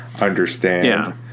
understand